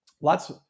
lots